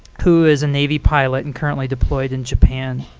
who is a navy pilot and currently deployed in japan.